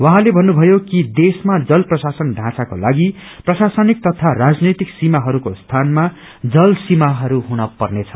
उहाँले भन्नभयो कि देशमा जल प्रशासन बोँचाको लागि प्रशासनिक तथा राजनैतिक सीमाहस्को स्यानमा जल सीमाहरू हुन पर्नेछ